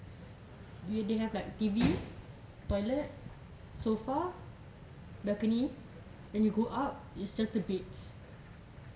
you didn't have like T_V toilet sofa balcony then you go up it's just the beds